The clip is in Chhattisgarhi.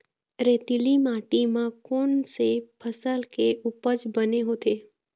रेतीली माटी म कोन से फसल के उपज बने होथे?